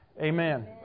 Amen